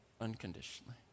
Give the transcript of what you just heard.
unconditionally